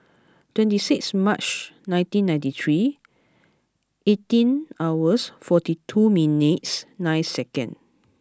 twenty six March nineteen ninety three eighteen hours forty two minutes nine seconds